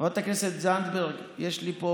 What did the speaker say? חברת הכנסת זנדברג, יש לי פה